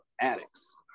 addicts